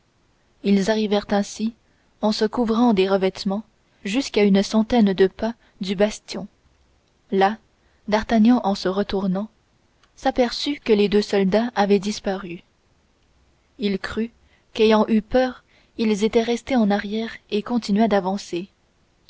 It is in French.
ils arrivèrent ainsi en se couvrant de revêtements jusqu'à une centaine de pas du bastion là d'artagnan en se retournant s'aperçut que les deux soldats avaient disparu il crut qu'ayant eu peur ils étaient restés en arrière et continua d'avancer